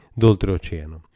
d'oltreoceano